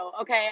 Okay